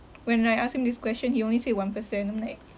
when I ask him this question he only say one percent I'm like